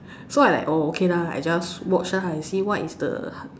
so I like oh okay lah I just watch and see what is the